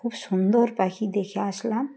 খুব সুন্দর পাখি দেখে আসলাম